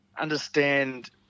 understand